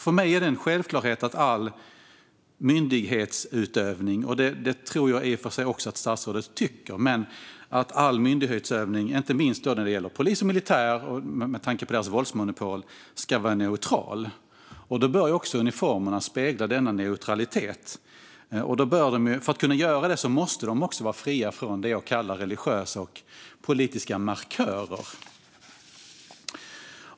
För mig är det en självklarhet att all myndighetsutövning - och det tror jag i och för sig att också statsrådet tycker - ska vara neutral. Det gäller inte minst polis och militär med tanke på deras våldsmonopol. Då bör också uniformerna spegla denna neutralitet, och för att kunna göra det måste de också vara fria från det jag kallar religiösa och politiska markörer.